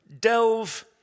delve